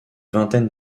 vingtaine